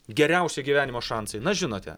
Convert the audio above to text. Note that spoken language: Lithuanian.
geriausi gyvenimo šansai na žinote